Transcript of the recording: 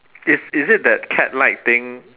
is is it that cat like thing